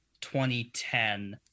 2010